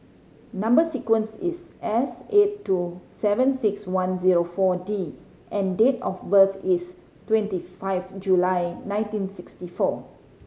number sequence is S eight two seven six one zero Four D and date of birth is twenty five July nineteen sixty four